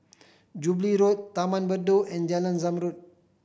Jubilee Road Taman Bedok and Jalan Zamrud